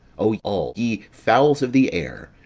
o all ye fowls of the air,